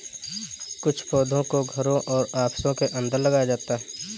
कुछ पौधों को घरों और ऑफिसों के अंदर लगाया जाता है